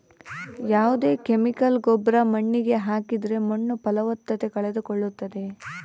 ಯಾವ್ದೇ ಕೆಮಿಕಲ್ ಗೊಬ್ರ ಮಣ್ಣಿಗೆ ಹಾಕಿದ್ರೆ ಮಣ್ಣು ಫಲವತ್ತತೆ ಕಳೆದುಕೊಳ್ಳುತ್ತದೆ